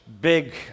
big